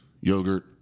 yogurt